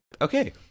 okay